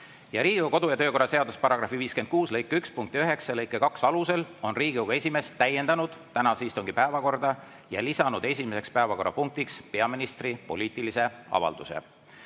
Riigikogu kodu‑ ja töökorra seaduse § 56 lõike 1 punkti 9 ja lõike 2 alusel on Riigikogu esimees täiendanud tänase istungi päevakorda ja lisanud esimeseks päevakorrapunktiks peaministri poliitilise avalduse.